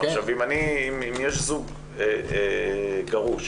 אם יש זוג גרוש